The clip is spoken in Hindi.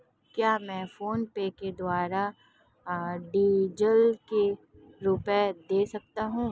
क्या मैं फोनपे के द्वारा डीज़ल के रुपए दे सकता हूं?